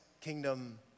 kingdom